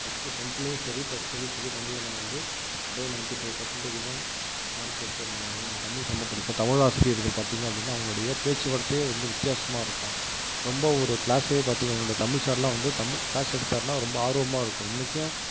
plus two டென்த்லேயும் சரி plus டூலேயும் சரி தமிழில் நான் வந்து அபோவ் நைன்ட்டி ஃபைவ் பர்சென்டேஜ் தான் மார்க் எடுத்திருந்தேன் நான் தமிழ் ரொம்ப பிடிக்கும் தமிழ் ஆசிரியர்கள் பார்த்தீங்க அப்படின்னா அவங்களுடைய பேச்சு வார்த்தை வந்து வித்தியாசமாக இருக்கும் ரொம்ப ஒரு கிளாஸே பார்த்தீங்க என்னோட தமிழ் சார்லாம் வந்து தமிழ் கிளாஸ் எடுத்தார்னா ரொம்ப ஆர்வமாக இருக்கும் இன்னைக்கும்